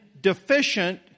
deficient